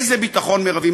איזה ביטחון מרבי?